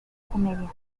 comedia